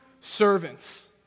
servants